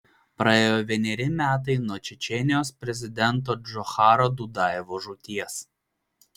praėjo vieneri metai nuo čečėnijos prezidento džocharo dudajevo žūties